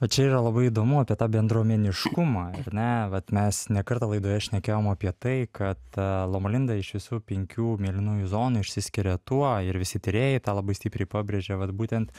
o čia yra labai įdomu apie tą bendruomeniškumą ar ne vat mes ne kartą laidoje šnekėjom apie tai kad loma linda iš visų penkių mėlynųjų zonų išsiskiria tuo ir visi tyrėjai tą labai stipriai pabrėžia vat būtent